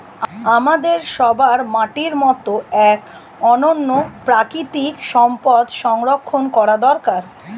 আমাদের সবার মাটির মতো এক অনন্য প্রাকৃতিক সম্পদ সংরক্ষণ করা দরকার